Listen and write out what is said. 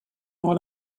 all